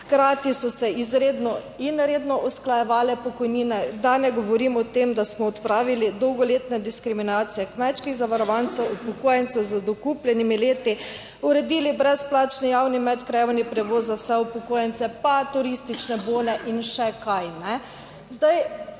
Hkrati so se izredno in redno usklajevale pokojnine, da ne govorim o tem, da smo odpravili dolgoletne diskriminacije kmečkih zavarovancev upokojencev, z dokupljenimi leti uredili brezplačni javni medkrajevni prevoz za vse upokojence, pa turistične bone in še kaj,